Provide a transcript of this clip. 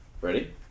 Ready